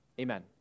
Amen